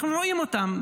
אנחנו רואים אותן.